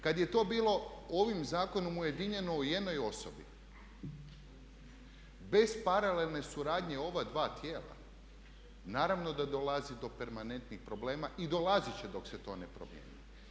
Kad je to bilo ovim zakonom ujedinjeno u jednoj osobi bez paralelne suradnje ova dva tijela naravno da dolazi do permanentnih problema i dolazit će dok se to ne promijeni.